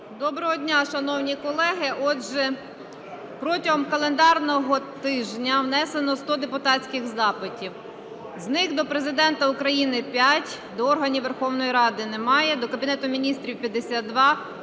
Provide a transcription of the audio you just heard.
Доброго дня, шановні колеги. Отже, протягом календарного тижня внесено 100 депутатських запитів. З них: до Президента України – 5, до органів Верховної Ради – немає, до Кабінету Міністрів –